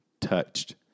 touched